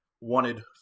wanted